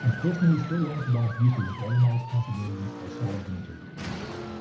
i'm personally still learning to balance youtube with all of my responsibilities outside of the internet.